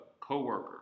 coworker